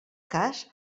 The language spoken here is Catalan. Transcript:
cas